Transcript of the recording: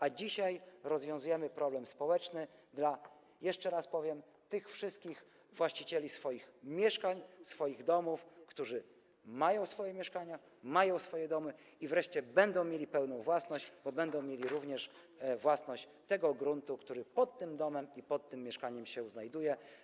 A dzisiaj rozwiązujemy problem społeczny dotyczący, jeszcze raz to powiem, wszystkich właścicieli mieszkań i domów, którzy mają swoje mieszkania i swoje domy - wreszcie będą mieli pełną własność, bo będą mieli również własność tego gruntu, który pod tym domem, pod tym mieszkaniem się znajduje.